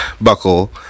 buckle